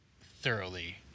thoroughly